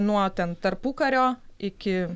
nuo ten tarpukario iki